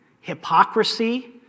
hypocrisy